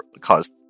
caused